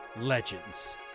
Legends